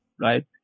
right